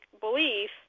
belief